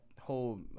whole